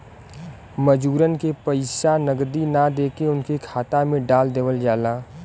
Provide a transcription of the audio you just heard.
मजूरन के पइसा नगदी ना देके उनके खाता में डाल देवल जाला